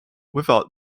without